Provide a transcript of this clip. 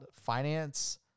finance